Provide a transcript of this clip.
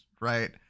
right